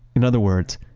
in other words,